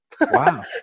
Wow